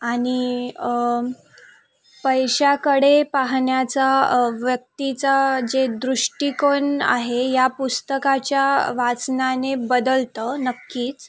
आणि पैश्याकडे पाहण्याचा व्यक्तीचा जे दृष्टीकोन आहे या पुस्तकाच्या वाचनाने बदलतं नक्कीच